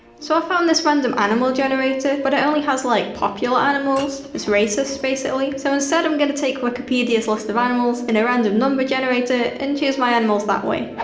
so i found this random animal generator but it only has, like, popular animals. its racist basically. so instead im gonna take wikipedia's list of animals and a random number generator and choose my animals that way